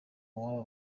w’aba